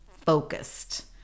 focused